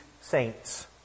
saints